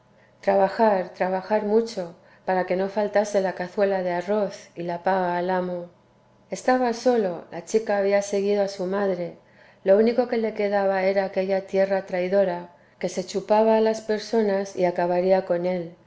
trabajar trabajar mucho para que no faltase la cazuela de arroz y la paga al amo estaba solo la chica había seguido a su madre lo único que le quedaba era aquella tierra traidora que se chupaba a las personas y acabaría con él